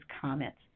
comments